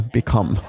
become